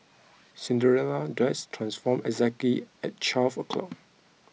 Cinderella dress transformed exactly at twelve o'clock